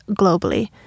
globally